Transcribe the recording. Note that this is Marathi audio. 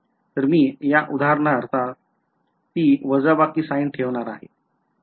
तर मी या उदाहरणात ती वजाबाकी sign ठेवणार आहे